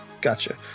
Gotcha